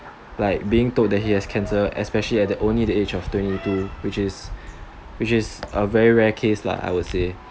like being told that he has cancer especially at the only the age of twenty two which is which is a very very rare case lah I would say